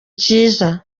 cyiza